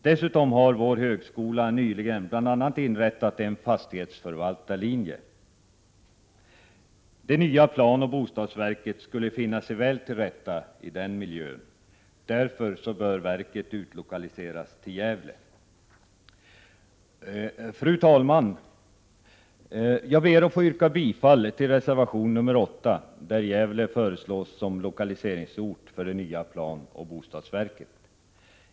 Dessutom har vår högskola nyligen inrättat en fastighetsförvaltarlinje. Det nya planoch bostadsverket skulle finna sig väl till rätta i den miljön. Därför bör verket utlokaliseras till Gävle. Fru talman! Jag ber att få yrka bifall till reservation nr 8, i vilken Gävle föreslås som lokaliseringsort för det nya planoch bostadsverket.